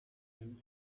and